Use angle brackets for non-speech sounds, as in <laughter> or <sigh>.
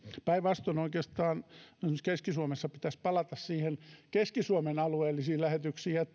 päinvastoin oikeastaan esimerkiksi keski suomessa pitäisi palata keski suomen alueellisiin lähetyksiin ja <unintelligible>